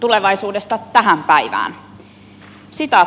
tulevaisuudesta tähän päivään